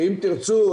שאם תרצו,